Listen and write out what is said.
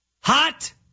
Hot